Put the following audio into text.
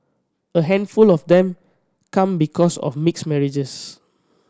a handful of them come because of mixed marriages